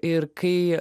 ir kai